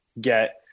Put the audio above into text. get